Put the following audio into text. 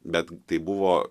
bet tai buvo